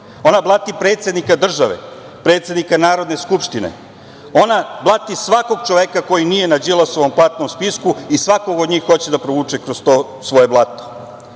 Ona blati predsednika države, predsednika Narodne skupštine, ona blati svakog čoveka koji nije na Đilasovom platnom spisku i svakog od njih hoće da provuče kroz to svoje blato. Moje